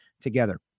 together